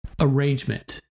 arrangement